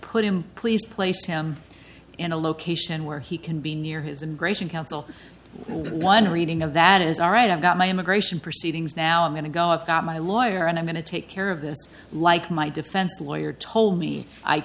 put him please place him in a location where he can be near his immigration counsel one reading of that is all right i've got my immigration proceedings now i'm going to go about my lawyer and i'm going to take care of this like my defense lawyer told me i